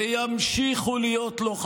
וימשיכו להיות לו,